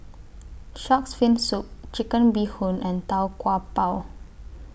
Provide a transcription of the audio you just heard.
Shark's Fin Soup Chicken Bee Hoon and Tau Kwa Pau